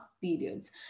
periods